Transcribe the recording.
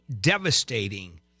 devastating